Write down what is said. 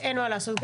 אין מה לעשות.